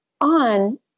on